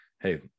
hey